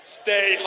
stay